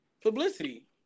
Publicity